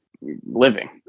living